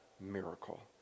miracle